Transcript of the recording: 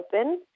open